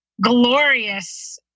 glorious